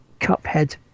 Cuphead